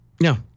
No